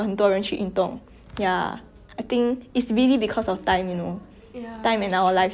everybody 在做工 what then 不可以去 gym then 跑步也是